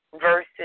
versus